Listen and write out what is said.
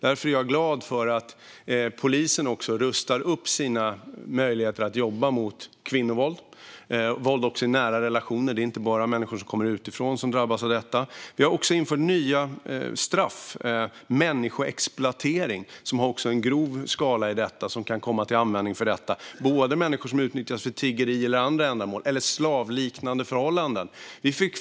Därför är jag glad för att polisen rustar upp sina möjligheter att jobba mot kvinnovåld och våld i nära relationer. Det är inte bara människor som kommer utifrån som drabbas av våld. Vi har också infört nya straff - människoexploatering. Det finns en skala för grov exploatering som kan komma till användning, och den ska täcka in människor som utnyttjas för tiggeri och andra ändamål eller i slavliknande förhållanden.